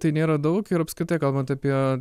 tai nėra daug ir apskritai kalbant apie